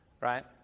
right